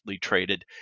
traded